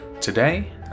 Today